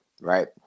Right